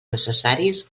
necessaris